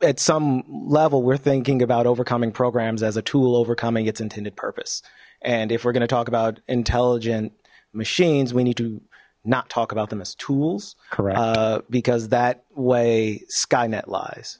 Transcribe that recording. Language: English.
at some level we're thinking about overcoming programs as a tool overcoming its intended purpose and if we're gonna talk about intelligent machines we need to not talk about them as tools crap because that way skynet lies